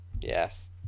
Yes